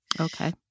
Okay